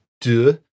Duh